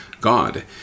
God